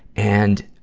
and,